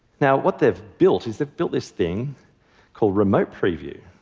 now, what they've built is they've built this thing called remote preview.